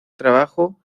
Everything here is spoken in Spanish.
trabajo